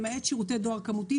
למעט שירותי דואר כמותי,